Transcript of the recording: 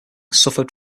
suffered